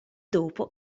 dopo